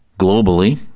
globally